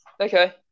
Okay